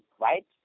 right